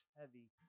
heavy